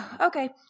Okay